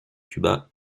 cuba